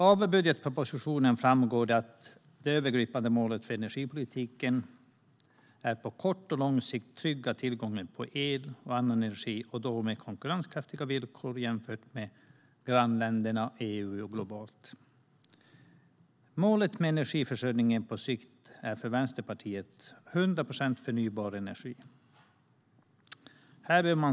Av budgetpropositionen framgår att det övergripande målet för energipolitiken är att på kort och lång sikt trygga tillgången på el och annan energi, med konkurrenskraftiga villkor jämfört med grannländerna och EU. För Vänsterpartiet är målet för energiförsörjningen på sikt 100 procent förnybar energi.